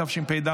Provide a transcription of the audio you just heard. התשפ"ג 2024,